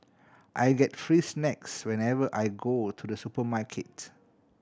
I get free snacks whenever I go to the supermarket